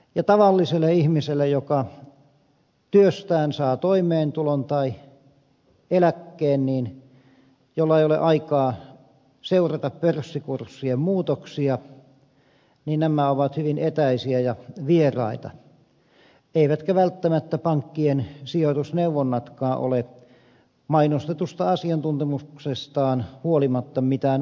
ja tavalliselle ihmiselle joka työstään saa toimeentulon tai eläkkeen ja jolla ei ole aikaa seurata pörssikurssien muutoksia nämä ovat hyvin etäisiä ja vieraita eivätkä välttämättä pankkien sijoitusneuvonnatkaan ole mainostetusta asiantuntemuksestaan huolimatta mitään vakaita